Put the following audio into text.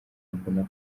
mbona